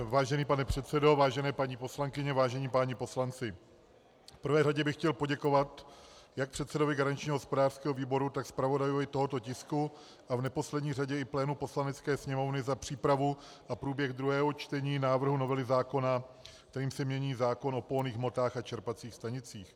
Vážený pane předsedo, vážené paní poslankyně, vážení páni poslanci, v prvé řadě bych chtěl poděkovat jak předsedovi garančního hospodářského výboru, tak zpravodaji tohoto tisku a v neposlední řadě i plénu Poslanecké sněmovny za přípravu a průběh druhého čtení návrhu novely zákona, kterým se mění zákon o pohonných hmotách a čerpacích stanicích.